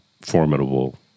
formidable